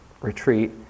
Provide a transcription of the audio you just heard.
retreat